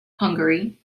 hungary